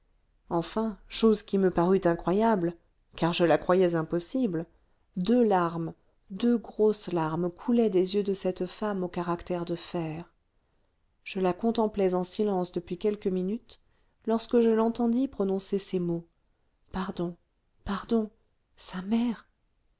enfin chose qui me parut incroyable car je la croyais impossible deux larmes deux grosses larmes coulaient des yeux de cette femme au caractère de fer je la contemplais en silence depuis quelques minutes lorsque je l'entendis prononcer ces mots pardon pardon sa mère